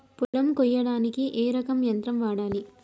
పొలం కొయ్యడానికి ఏ రకం యంత్రం వాడాలి?